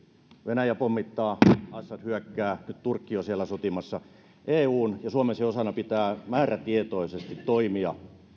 venäjä pommittaa assad hyökkää ja nyt turkki on siellä sotimassa eun ja suomen sen osana pitää määrätietoisesti toimia